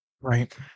Right